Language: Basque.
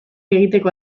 egiteko